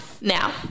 Now